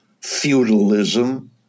feudalism